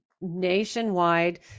Nationwide